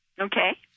Okay